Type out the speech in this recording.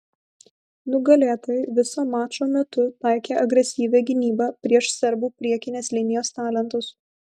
nugalėtojai viso mačo metu taikė agresyvią gynybą prieš serbų priekinės linijos talentus